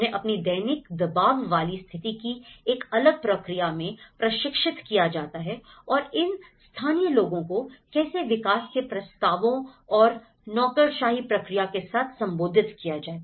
उन्हें अपनी दैनिक दबाव वाली स्थिति की एक अलग प्रक्रिया में प्रशिक्षित किया जाता है और इन स्थानीय लोगों को कैसे विकास के प्रस्तावों और नौकरशाही प्रक्रिया के साथ संबोधित किया जाए